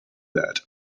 that